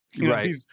Right